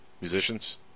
musicians